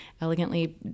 elegantly